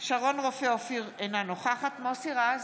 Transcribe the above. שרון רופא אופיר, אינה נוכחת מוסי רז,